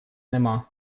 нема